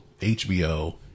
HBO